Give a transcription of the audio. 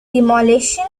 demolition